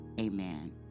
Amen